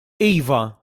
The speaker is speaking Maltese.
iva